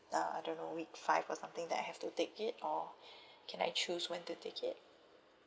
uh I don't know week five or something that I have to take it or can I choose when to take it